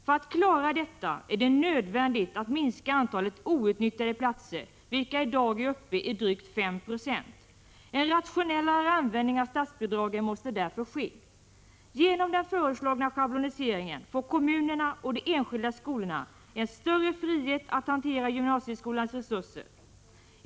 För att klara detta är det nödvändigt att minska antalet outnyttjade platser, vilka i dag är uppe i drygt 5 20. En rationellare användning av statsbidragen måste därför ske. Genom den föreslagna schabloniseringen får kommunerna och de enskilda skolorna en större frihet att hantera gymnasieskolans resurser.